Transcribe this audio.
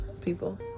people